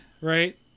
right